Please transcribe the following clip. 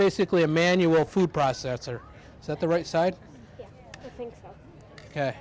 basically a manual food processor so at the right side